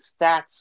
Stats